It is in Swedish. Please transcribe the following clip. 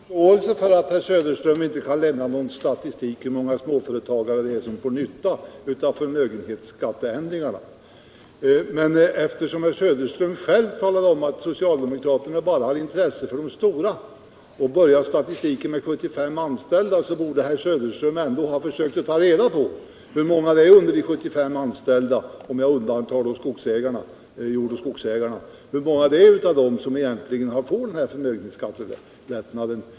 Herr talman! Jag har förståelse för att herr Söderström inte kan lämna någon statistik över hur många små företag som får nytta av förmögenhetsskatteändringarna. Men eftersom herr Söderström själv talade om att socialdemokraterna bara har intresse av de stora företagen och börjar statistiken med 75 anställda, borde herr Söderström ändå ha försökt ta reda på hur många företag med under 75 anställda — med undantag av jordoch skogsägarna — som egentligen får denna förmögenhetsskattelättnad.